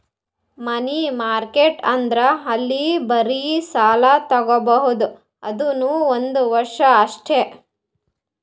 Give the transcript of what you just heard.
ಮನಿ market ಅಂದುರ್ ಅಲ್ಲಿ ಬರೇ ಸಾಲ ತಾಗೊಬೋದ್ ಅದುನೂ ಒಂದ್ ವರ್ಷ ಅಷ್ಟೇ